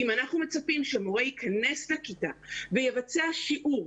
אם אנחנו מצפים שמורה יכנס לכיתה ויבצע שיעור,